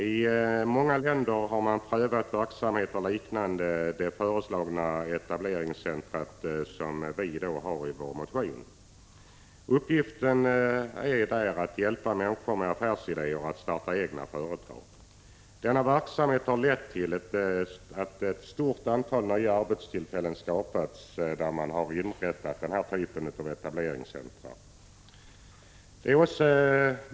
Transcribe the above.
I många länder har man prövat verksamheter som liknar det etableringscentrum som vi nämner i vår motion och som har till uppgift att hjälpa människorna med olika affärsidéer och med att starta egna företag. Ett stort antal nya arbetstillfällen har skapats i de regioner där den här typen av etableringscentrum har inrättats.